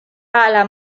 alla